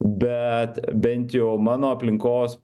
bet bent jau mano aplinkos